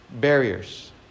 barriers